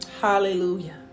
Hallelujah